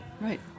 right